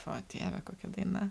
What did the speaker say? o dieve kokia daina